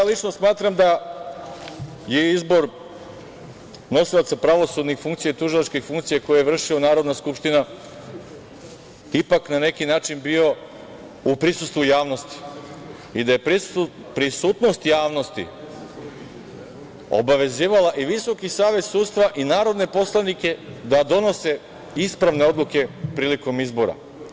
Lično, ja smatram da je izbor nosilaca pravosudnih funkcija i tužilačkih funkcija koje je vršila Narodna skupština ipak na neki način bio u prisustvu javnosti i da je prisutnost javnosti obavezivala i Visoki savet sudstva i narodne poslanike da donose ispravne odluke prilikom izbora.